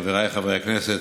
חבריי חברי הכנסת,